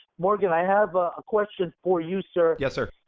morgan, i have a question for you, sir. yes, sir.